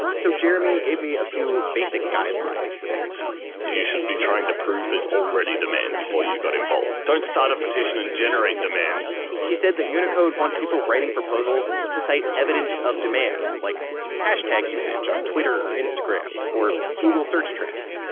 so jeremy gave me ah basic guidelines to think about that you should be trying to prove there's already demand before you got involved. don't start a petition and generate demand he said that unicode wants people writing proposals to cite evidence of demand, like hashtag usage on twitter or instagram or google search trends.